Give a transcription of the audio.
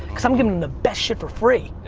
cause i'm giving the best shit for free.